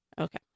Okay